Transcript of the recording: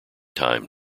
time